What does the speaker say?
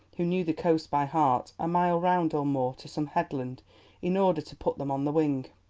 who knew the coast by heart, a mile round or more to some headland in order to put them on the wing.